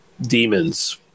demons